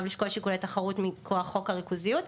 לשקול שיקולי תחרות מכוח חוק הריכוזיות.